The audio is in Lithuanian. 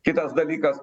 kitas dalykas